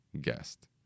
guest